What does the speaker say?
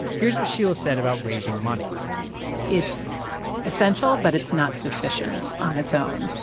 here's what sheila said about raising money it's essential but it's not sufficient on its own.